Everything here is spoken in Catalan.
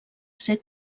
ser